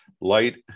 light